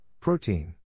Protein